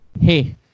hey